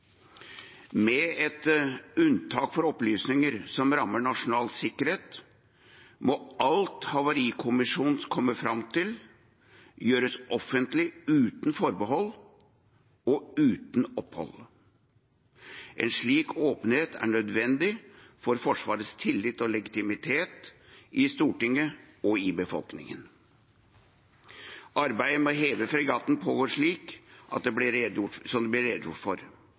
unntak av opplysninger som rammer nasjonal sikkerhet, må alt Havarikommisjonen kommer fram til, gjøres offentlig, uten forbehold og uten opphold. En slik åpenhet er nødvendig for Forsvarets tillit og legitimitet i Stortinget og i befolkningen. Arbeidet med å heve fregatten pågår slik som det ble redegjort for. Jeg håper det